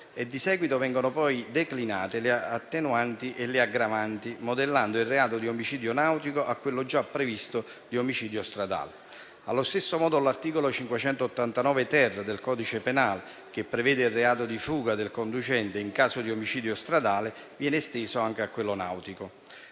Di seguito, vengono poi declinate le attenuanti e le aggravanti, modellando il reato di omicidio nautico su quello già previsto di omicidio stradale. Allo stesso modo, l'articolo 589-*ter* del codice penale, che prevede il reato di fuga del conducente in caso di omicidio stradale, viene esteso anche a quello nautico.